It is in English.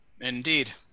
Indeed